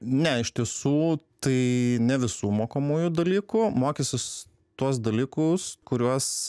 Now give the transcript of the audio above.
ne iš tiesų tai ne visų mokomųjų dalykų mokysis tuos dalykus kuriuos